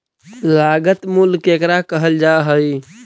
लागत मूल्य केकरा कहल जा हइ?